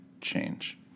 change